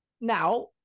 now